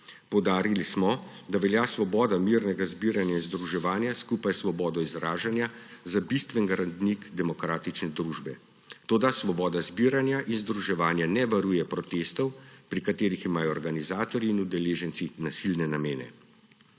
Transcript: Poudarili smo, da velja svoboda mirnega zbiranja in združevanja skupaj s svobodo izražanja za bistven gradnik demokratične družbe, toda svoboda zbiranja in združevanja ne varuje protestov, pri katerih imajo organizatorji in udeleženci nasilne namene.